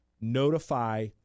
notify